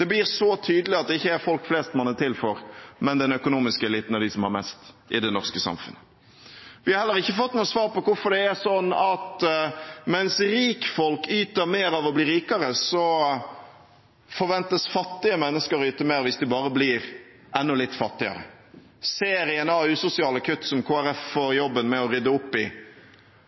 Det blir så tydelig at det ikke er folk flest man er til for, men den økonomiske eliten og de som har mest i det norske samfunnet. Vi har heller ikke fått noe svar på hvorfor det er sånn at mens rikfolk yter mer av å bli rikere, forventes fattige mennesker å yte mer hvis de bare blir enda litt fattigere. Serien av usosiale kutt som Kristelig Folkeparti får jobben med å rydde opp i,